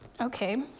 Okay